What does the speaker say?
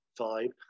vibe